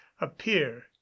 appear